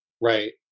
Right